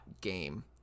game